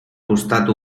costat